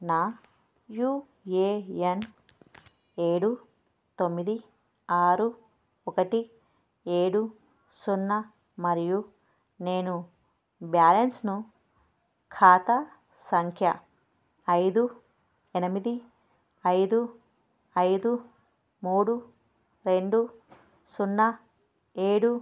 నా U A N ఏడు తొమ్మిది ఆరు ఒకటి ఏడు సున్నా మరియు నేను బ్యాలెన్స్ను ఖాతా సంఖ్య ఐదు ఎనిమిది ఐదు ఐదు మూడు రెండు సున్నా ఏడు